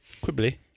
Quibbly